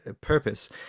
purpose